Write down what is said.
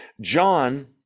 John